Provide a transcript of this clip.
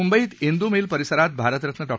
मुंबईत इंदू मील परिसरात भारतरत्न डॉ